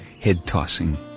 head-tossing